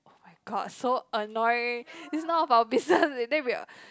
oh-my-god so annoying it's none of our business and then we're